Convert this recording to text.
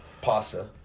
pasta